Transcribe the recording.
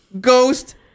Ghost